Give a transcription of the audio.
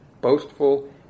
boastful